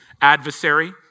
adversary